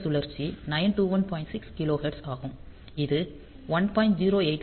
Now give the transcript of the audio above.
6 kilo ஹெர்ட்ஸில் ஆகும் இது 1